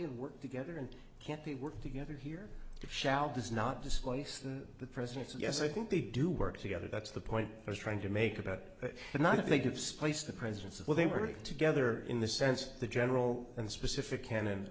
and work together and can't they work together here shall does not displace the president's yes i think they do work together that's the point i was trying to make about it and i think of space the presence of where they were together in the sense the general and specific canon